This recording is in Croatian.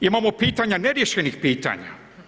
Imamo pitanja neriješenih pitanja.